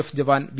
F jawan V